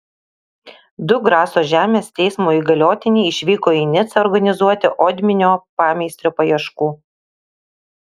du graso žemės teismo įgaliotiniai išvyko į nicą organizuoti odminio pameistrio paieškų